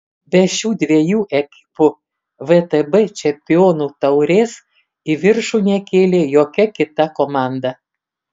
be šių dviejų ekipų vtb čempionų taurės į viršų nekėlė jokia kita komanda